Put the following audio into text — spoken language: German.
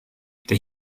der